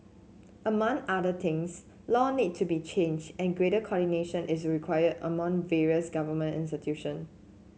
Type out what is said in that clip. among other things law need to be changed and greater coordination is required among various government institution